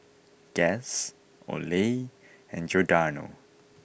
Guess Olay and Giordano